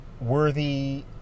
Worthy